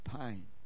pain